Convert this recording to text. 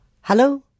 Hello